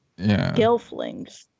Gelflings